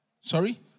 Sorry